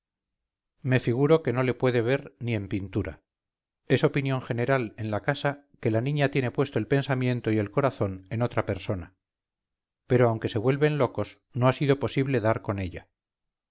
me figuro que no le puede ver ni en pintura es opinión general en la casa que la niña tiene puesto el pensamiento y el corazón en otra persona pero aunque se vuelven locos no ha sido posible dar con ella